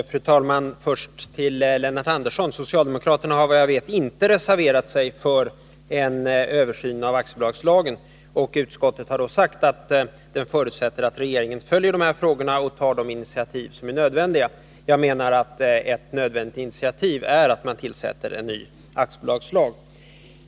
Fru talman! Först till Lennart Andersson. Socialdemokraterna har vad jag vet inte reserverat sig för en översyn av aktiebolagslagen. Utskottet har då sagt att man förutsätter att regeringen följer dessa frågor och tar de initiativ som är nödvändiga. Jag menar att ett nödvändigt initiativ är att man tillsätter en utredning om en ny aktiebolagslag.